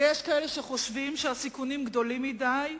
ויש כאלה שחושבים שהסיכונים גדולים מדי,